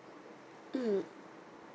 mm